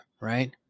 right